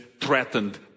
threatened